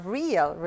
real